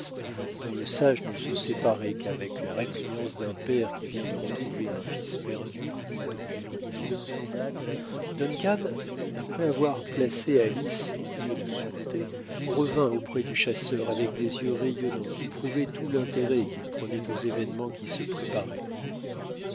dont le sage ne se séparait qu'avec la répugnance d'un père qui vient de retrouver un fils perdu depuis longtemps duncan après avoir placé alice en lieu de sûreté revint auprès du chasseur avec des yeux rayonnants qui prouvaient tout l'intérêt qu'il prenait aux événements qui se préparaient